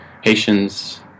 Haitians